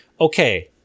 okay